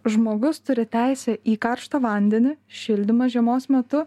žmogus turi teisę į karštą vandenį šildymą žiemos metu